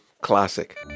classic